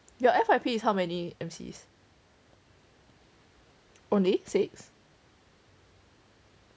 your F_Y_P is how many M_C only six